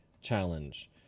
challenge